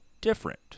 different